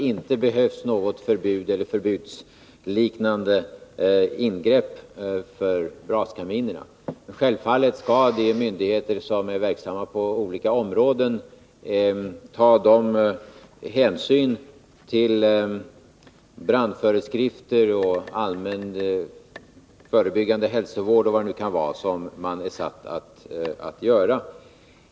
Självfallet skall de myndighe 9 Riksdagens protokoll 1981/82:101-104 att underlätta installation av braskaminer ter som är verksamma på olika områden ta de hänsyn till brandföreskrifter, allmän förebyggande hälsovård och vad det nu kan vara som de är satta att göra.